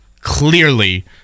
clearly